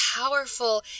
powerful